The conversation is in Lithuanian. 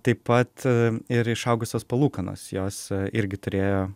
taip pat ir išaugusios palūkanos jos irgi turėjo